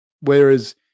whereas